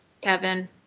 Kevin